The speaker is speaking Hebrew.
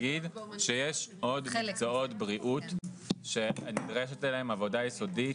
שיש עוד מקצועות בריאות שנדרשת עליהם עבודה יסודית.